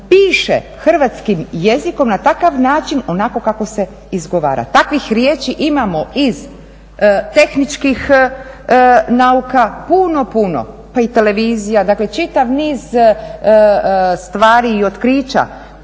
piše hrvatskim jezikom na takav način onako kako se izgovara. Takvih riječi imamo iz tehničkih nauka, puno, puno. Pa i televizija. Dakle, čitav niz stvari i otkrića